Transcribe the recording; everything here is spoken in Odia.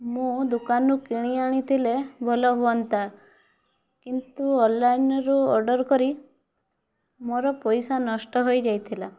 ମୁଁ ଦୋକାନରୁ କିଣି ଆଣିଥିଲେ ଭଲ ହୁଅନ୍ତା କିନ୍ତୁ ଅନ୍ଲାଇନ୍ରୁ ଅର୍ଡ଼ର୍ କରି ମୋର ପଇସା ନଷ୍ଟ ହୋଇଯାଇଥିଲା